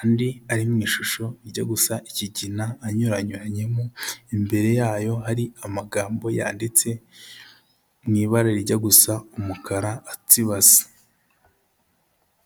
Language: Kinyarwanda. andi ari mu ishusho ijya gusa ikigina anyuranyuranyemo, imbere yayo hari amagambo yanditse mu ibara rijya gusa umukara atsibase.